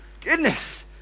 Goodness